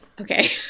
Okay